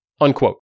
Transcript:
unquote